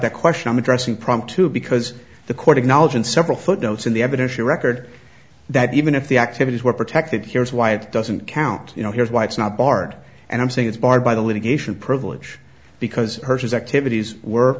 that question i'm addressing prompt too because the court acknowledge in several footnotes in the evidence you record that even if the activities were protected here's why it doesn't count you know here's why it's not barred and i'm saying it's barred by the litigation privilege because his activities were